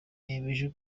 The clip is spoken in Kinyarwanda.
yemeje